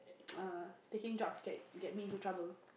err taking drugs can get me into trouble